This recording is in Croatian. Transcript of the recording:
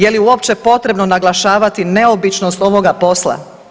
Je li uopće potrebno naglašavati neobičnost ovoga posla?